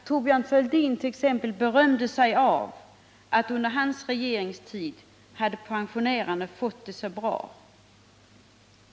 Thorbjörn Fälldin t.ex. berömde sig av att pensionärerna under hans regeringstid fått det så bra.